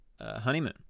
honeymoon